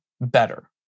better